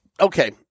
Okay